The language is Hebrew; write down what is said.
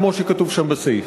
כמו שכתוב שם בסעיף.